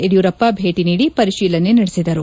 ಯಡಿಯೂರಪ್ಪ ಭೇಟಿ ನೀದಿ ಪರಿಶೀಲನೆ ನಡೆಸಿದರು